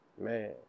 man